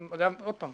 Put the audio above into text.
עוד פעם,